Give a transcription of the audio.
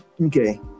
okay